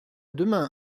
demain